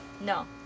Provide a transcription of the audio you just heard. No